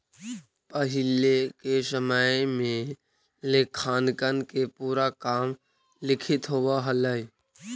पहिले के समय में लेखांकन के पूरा काम लिखित होवऽ हलइ